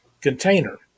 container